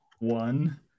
one